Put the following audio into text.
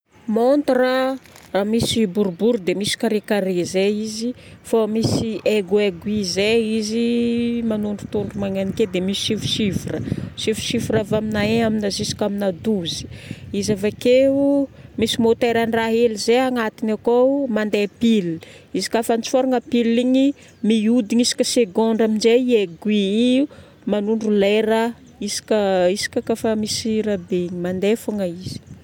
Montre, misy boribory dia misy carré carré zay izy fô misy aiguaiguille zay izy manondrotondro magnany ke dia misy chifchiffres. Chifchiffres avy amina un amina jusqu'amina douze. Izy avakeo misy môteran-draha hely zay agnatiny akao mandeha pile. Izy ka afa atsorina pile igny mihodigna isaka segôndra amin'izay aiguille io, manondro lera isaka isaka kafa misy rahabe igny mandeha fogna izy.